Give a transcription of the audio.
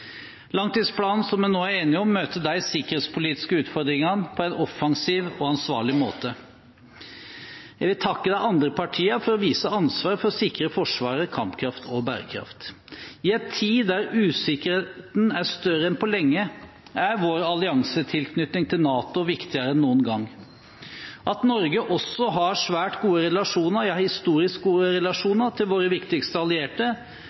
Langtidsplanen som vi nå er enige om, møter de sikkerhetspolitiske utfordringene på en offensiv og ansvarlig måte. Jeg vil takke de andre partiene for å vise ansvar for å sikre Forsvaret kampkraft og bærekraft. I en tid da usikkerheten er større enn på lenge, er vår alliansetilknytning til NATO viktigere enn noen gang. At Norge også har svært gode relasjoner – ja historisk gode relasjoner – til sine viktigste allierte,